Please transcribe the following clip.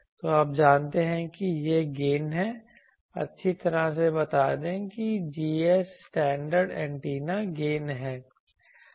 तो आप जानते हैं कि यह गेन है अच्छी तरह से बता दें कि Gs स्टैंडर्ड एंटीना गेन है